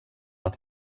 att